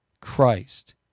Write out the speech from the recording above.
Christ